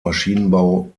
maschinenbau